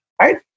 right